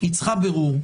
היא צריכה בירור.